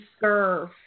serve